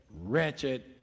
wretched